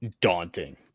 daunting